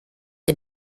wir